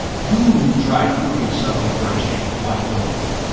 you try proving something for a change, why don't you?